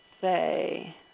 Say